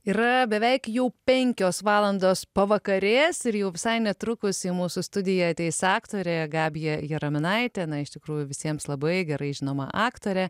yra beveik jau penkios valandos pavakarės ir jau visai netrukus į mūsų studiją ateis aktorė gabija jaraminaitė na iš tikrųjų visiems labai gerai žinoma aktorė